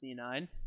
C9